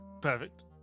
Perfect